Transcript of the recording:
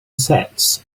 sets